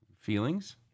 Feelings